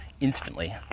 instantly